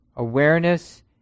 Awareness